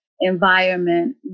environment